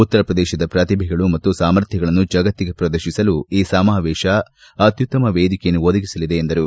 ಉತ್ತರ ಪ್ರದೇಶದ ಪ್ರತಿಭೆಗಳು ಮತ್ತು ಸಾಮರ್ಥ್ವಗಳನ್ನು ಜಗತ್ತಿಗೆ ಪ್ರದರ್ಶಿಸಲು ಈ ಸಮಾವೇಶ ಅತ್ಯುತ್ತಮ ವೇದಿಕೆಯನ್ನು ಒದಗಿಸಲಿದೆ ಎಂದರು